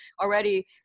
already